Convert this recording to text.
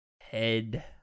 head